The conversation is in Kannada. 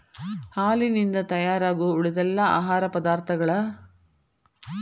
ಹಾಲಿನಿಂದ ತಯಾರಾಗು ಉಳಿದೆಲ್ಲಾ ಆಹಾರ ಪದಾರ್ಥಗಳ